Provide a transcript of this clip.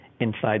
inside